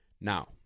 now